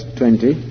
twenty